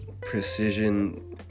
precision